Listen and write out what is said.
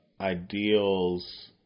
ideals